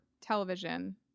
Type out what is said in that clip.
television